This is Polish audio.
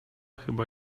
chyba